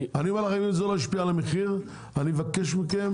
אני אומר לכם: אם זה לא ישפיע על המחיר אני אבקש מכם